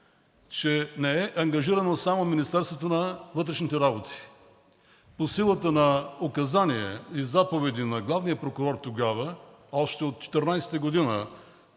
че не е ангажирано само Министерството на вътрешните работи. По силата на указания и заповед на главния прокурор тогава – още от 2014 г.,